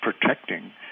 protecting